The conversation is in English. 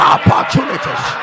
Opportunities